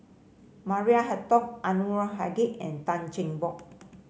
Maria Hertogh Anwarul Haque and Tan Cheng Bock